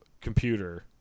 computer